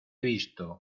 visto